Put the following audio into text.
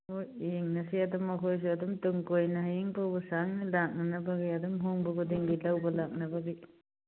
ꯍꯣꯏ ꯌꯦꯡꯉꯁꯤ ꯑꯗꯨꯝ ꯑꯩꯈꯣꯏꯁꯦ ꯑꯗꯨꯝ ꯇꯨꯡ ꯀꯣꯏꯅ ꯍꯌꯦꯡ ꯐꯥꯎ ꯁꯥꯡꯅ ꯂꯥꯛꯅꯕꯒꯤ ꯑꯗꯨꯝ ꯍꯣꯡꯕ ꯈꯨꯗꯤꯡꯒꯤ ꯂꯧꯕ ꯂꯥꯛꯅꯕꯒꯤ